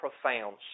profound